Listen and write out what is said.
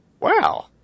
Wow